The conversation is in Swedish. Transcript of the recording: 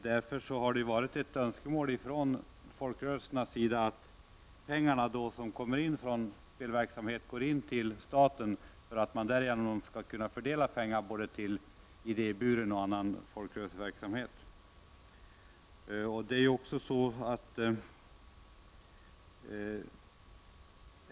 Därför har det varit ett önskemål från folkrörelsernas sida att pengarna som kommer in från spelverksamhet går till staten för att man därigenom skall kunna fördela pengar till idéburen verksamhet och annan folkrörelseverksamhet.